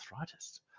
arthritis